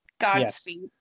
Godspeed